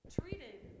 treated